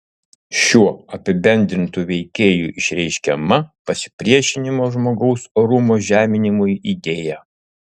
šiuo apibendrintu veikėju išreiškiama pasipriešinimo žmogaus orumo žeminimui idėja